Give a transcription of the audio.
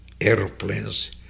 airplanes